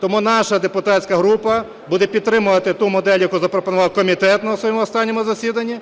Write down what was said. Тому наша депутатська група буде підтримувати ту модель, яку запропонував комітет на своєму останньому засіданні,